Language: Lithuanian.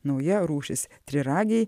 nauja rūšis triragiai